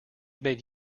made